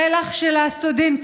לפלח של הסטודנטים,